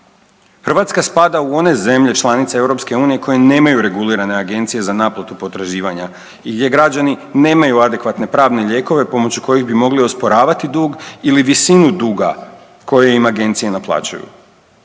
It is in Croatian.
Hrvatska spada u one zemlje članice EU koje nemaju regulirane agencije za naplatu potraživanja i gdje građani nemaju adekvatne pravne lijekove pomoću kojih bi mogli osporavati dug ili visinu duga koje im agencije naplaćuju.